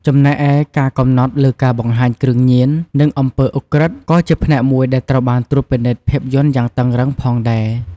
ចំណែកឯការកំណត់លើការបង្ហាញគ្រឿងញៀន និងអំពើឧក្រិដ្ឋ ក៏ជាផ្នែកមួយដែលត្រូវបានត្រួតពិនិត្យភាពយន្តយ៉ាងតឹងរ៉ឹងផងដែរ។